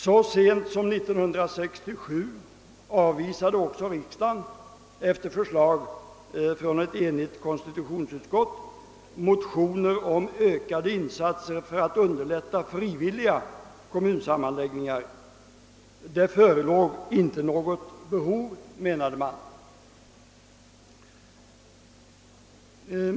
Så sent som 1967 avvisade också riksdagen, efter förslag från ett enigt konstitutionsutskott, motioner om ökade insatser för att underlätta frivilliga kommunsammanläggningar. Det förelåg inte något behov därav, menade man.